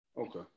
Okay